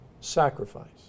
sacrifice